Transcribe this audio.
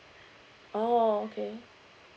oh okay